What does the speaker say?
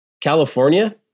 California